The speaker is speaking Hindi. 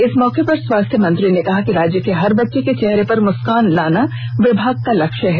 इस मौके पर स्वास्थ्य मंत्री ने कहा कि राज्य के हर बच्चे के चेहरे पर मुस्कान लाना विभाग का लक्ष्य है